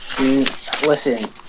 Listen